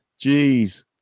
jeez